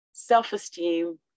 self-esteem